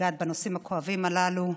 לגעת בנושאים הכואבים הללו,